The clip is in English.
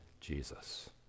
Jesus